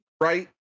right